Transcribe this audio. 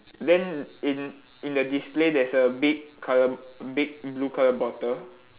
then in in the display there's a big colour big blue colour bottle